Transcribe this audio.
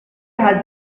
has